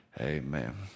amen